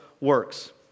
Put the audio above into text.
works